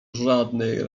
żadnej